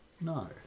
No